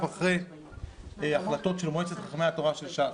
אחר החלטות של מועצת חכמי התורה של ש"ס,